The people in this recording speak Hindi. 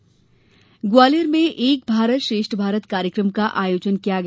एक भारत श्रेष्ठ भारत ग्वालियर में एक भारतः श्रेष्ठ भारत कार्यक्रम का आयोजन किया गया